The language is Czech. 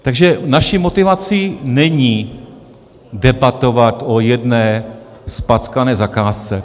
Takže naší motivací není debatovat o jedné zpackané zakázce.